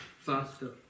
faster